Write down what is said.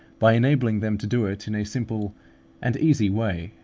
by enabling them to do it in a simple and easy way,